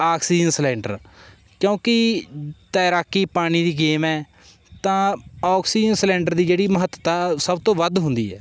oxygen cylinder ਕਿਉਂਕਿ ਤੈਰਾਕੀ ਪਾਣੀ ਦੀ ਗੇਮ ਹੈ ਤਾਂ ਆਕਸੀਜਨ ਸਲਿੰਡਰ ਦੀ ਜਿਹੜੀ ਮਹੱਤਤਾ ਸਭ ਤੋਂ ਵੱਧ ਹੁੰਦੀ ਹੈ